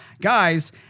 guys